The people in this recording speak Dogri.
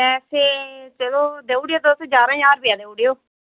ऐ ते चलो देई औड़ओ तुस ञारां ज्हार रपेआ देई ओड़ेओ